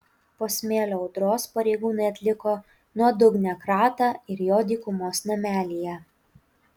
po smėlio audros pareigūnai atliko nuodugnią kratą ir jo dykumos namelyje